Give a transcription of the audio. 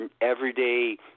everyday